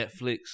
Netflix